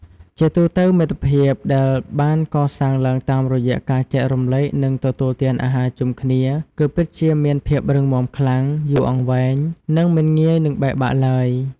ជាទូទៅ មិត្តភាពដែលបានកសាងឡើងតាមរយៈការចែករំលែកនិងទទួលទានអាហារជុំគ្នាគឺពិតជាមានភាពរឹងមាំខ្លាំង យូរអង្វែង និងមិនងាយនឹងបែកបាក់ឡើយ។